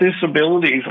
disabilities